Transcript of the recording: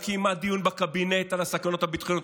לא קיימה דיון בקבינט על הסכנות הביטחוניות.